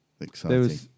exciting